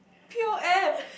pure M